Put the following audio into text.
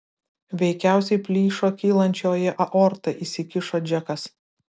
veikiausiai plyšo kylančioji aorta įsikišo džekas